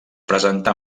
presentà